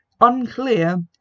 unclear